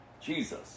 Jesus